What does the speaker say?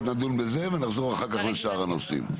נדון בזה ונחזור אחרי כך לשאר הנושאים,